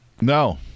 No